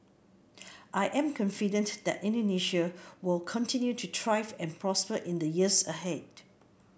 I am confident that Indonesia will continue to thrive and prosper in the years ahead